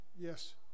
Yes